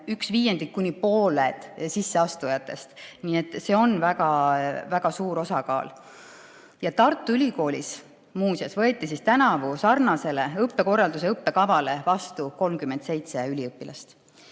üks viiendik kuni pooled sisseastujatest. Nii et see on väga suur osakaal. Ja Tartu Ülikoolis muuseas võeti tänavu sarnasele infokorralduse õppekavale vastu 37 üliõpilast. Teine